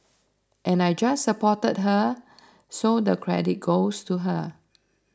and I just supported her so the credit goes to her